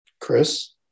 Chris